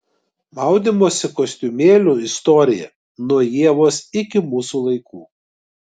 maudymosi kostiumėlių istorija nuo ievos iki mūsų laikų